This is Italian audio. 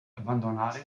abbandonare